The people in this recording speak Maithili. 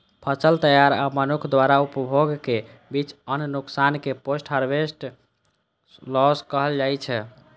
फसल तैयारी आ मनुक्ख द्वारा उपभोगक बीच अन्न नुकसान कें पोस्ट हार्वेस्ट लॉस कहल जाइ छै